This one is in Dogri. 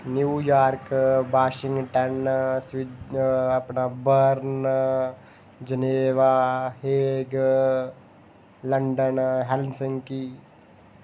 न्यूयार्क वांशिगटन अपना Bern Geneva Hague London Helsinki